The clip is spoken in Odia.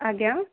ଆଜ୍ଞା